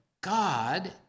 God